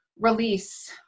release